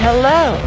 Hello